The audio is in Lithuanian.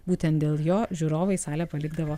būtent dėl jo žiūrovai salę palikdavo